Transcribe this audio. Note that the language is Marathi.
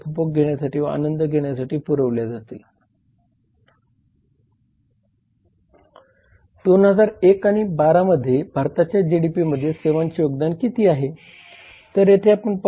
म्हणून तेथे या निर्णयांचे पालन करा आणि ते म्हणतात त्याप्रमाणे इतिहासाची पुनरावृत्ती करू नका